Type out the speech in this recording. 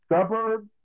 suburbs